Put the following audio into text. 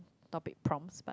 topic proms like